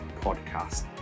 Podcast